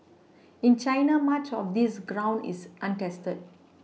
in China much of this ground is untested